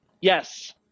Yes